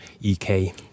EK